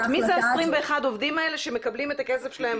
מי ה21 עובדים האלה שמקבלים את הכסף שלהם.